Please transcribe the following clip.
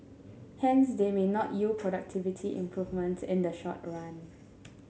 hence they may not yield productivity improvements in the short run